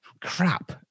crap